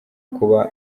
kuba